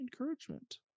encouragement